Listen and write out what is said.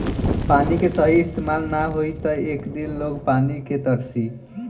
पानी के सही इस्तमाल ना होई त एक दिन लोग पानी के तरसी